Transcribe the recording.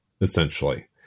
essentially